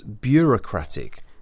bureaucratic